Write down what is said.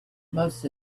most